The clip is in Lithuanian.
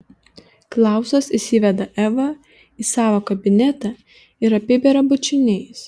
klausas įsiveda evą į savo kabinetą ir apiberia bučiniais